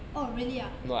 oh really ah